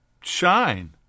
shine